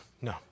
no